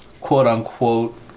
quote-unquote